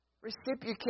Reciprocate